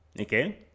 Okay